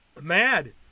mad